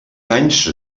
anys